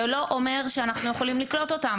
זה לא אומר שאנחנו יכולים לקלוט אותם